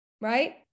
right